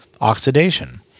oxidation